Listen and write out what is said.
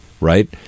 right